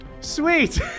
Sweet